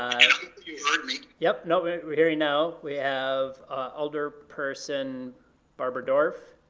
you heard me. yep, no, we hear you now. we have alderperson barbara dorff?